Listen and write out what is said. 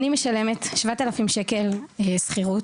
אני משלמת כ-7,000 ₪ שכר דירה.